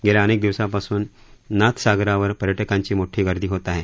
गेल्या अनेक दिवसांपासून नाथसागरावर पर्यटकांची मोठी गर्दीही होत आहे